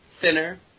thinner